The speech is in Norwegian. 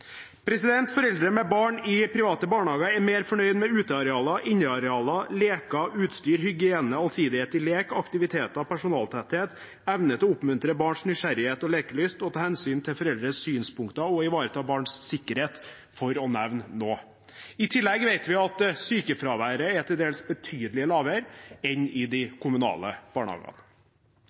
Foreldre med barn i private barnehager er mer fornøyde med utearealer, innearealer, leker, utstyr, hygiene, allsidighet i lek, aktiviteter, personaltetthet, evne til å oppmuntre barns nysgjerrighet og lekelyst, ta hensyn til foreldres synspunkter og ivareta barns sikkerhet – for å nevne noe. I tillegg vet vi at sykefraværet er til dels betydelig lavere enn i de kommunale barnehagene.